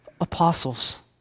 apostles